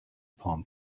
palm